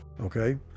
okay